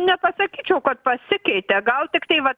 nepasakyčiau kad pasikeitė gal tiktai va